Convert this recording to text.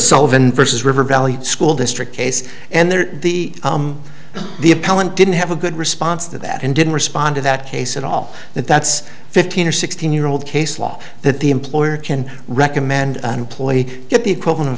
sullivan versus river valley school district case and there the the appellant didn't have a good response to that and didn't respond to that case at all that that's fifteen or sixteen year old case law that the employer can recommend an employee get the equivalent of